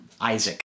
Isaac